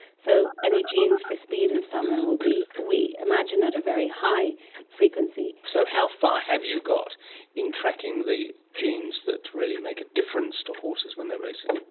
so any genes for speed and stamina will be, we imagine, at a very high frequency. so how far have you got in tracking the genes that really make a difference to horses when they're racing?